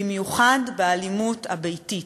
במיוחד באלימות הביתית,